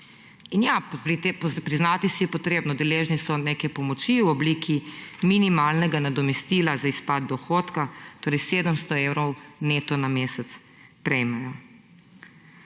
In ja, priznati si je potrebno, deležni so neke pomoči v obliki minimalnega nadomestila za izpad dohodka, torej 700 evrov neto na mesec prejmejo.